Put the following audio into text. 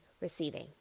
receiving